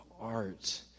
art